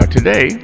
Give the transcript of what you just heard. Today